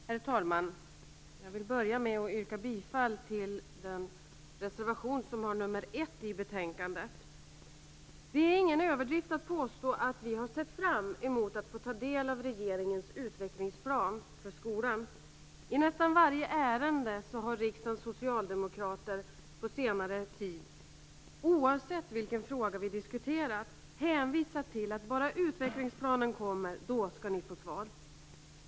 Herr talman! Jag vill börja med att yrka bifall till den reservation som har nr 1 i betänkandet. Det är ingen överdrift att påstå att vi har sett fram emot att få ta del av regeringens utvecklingsplan för skolan. I nästan varje ärende har riksdagens socialdemokrater på senare tid oavsett vilken fråga vi diskuterat hänvisat till att vi skall få svar bara utvecklingsplanen kommer.